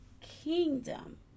kingdom